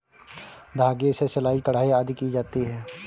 धागे से सिलाई, कढ़ाई आदि की जाती है